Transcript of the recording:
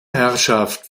herrschaft